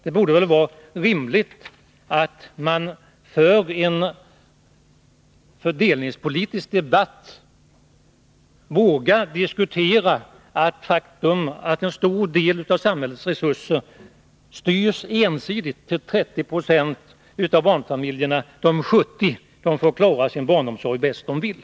Det borde vara rimligt i en fördelningspolitisk debatt att man vågar diskutera det faktum att en stor del av samhällets resurser styrs ensidigt till 30 20 av barnfamiljerna, medan 70 Yo får klara sin barnomsorg bäst de vill.